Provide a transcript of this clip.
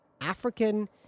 African